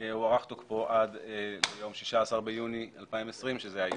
הוארך תוקפו עד ליום 16 ביוני 2020, שזה היום.